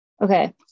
Okay